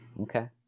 Okay